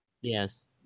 Yes